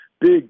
Big